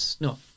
no